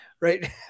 right